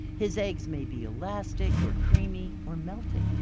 his eggs may be elastic or creamy or melting.